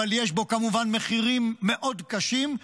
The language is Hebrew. אבל יש בו כמובן מחירים מאוד קשים,